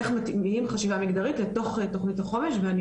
איך מטמיעים חשיבה מגדרית לתוך תוכנית החומש ואני